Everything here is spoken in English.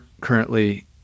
currently